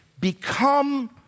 become